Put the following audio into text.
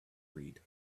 read